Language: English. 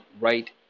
right